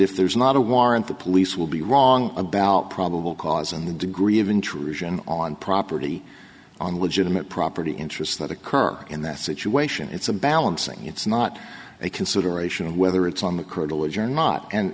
if there's not a warrant the police will be wrong about probable cause and the degree of intrusion on property on legitimate property interests that occur in that situation it's a balancing it's not a consideration of whether it's on the